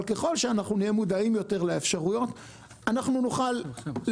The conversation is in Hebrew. אבל ככל שאנחנו נהיה מודעים יותר לאפשרויות אנחנו נוכל